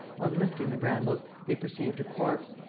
on lifting the brambles, they perceived a corpse,